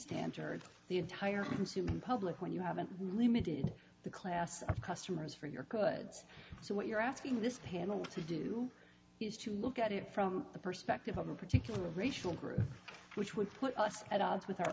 standard the entire consuming public when you haven't really needed the class of customers for your goods so what you're asking this panel to do is to look at it from the perspective of a particular racial group which would put us at odds with our